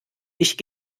ich